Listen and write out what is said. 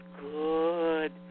good